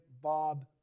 Bob